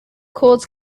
chords